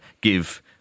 give